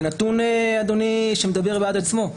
זה נתון שמדבר בעד עצמו.